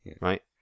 Right